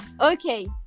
Okay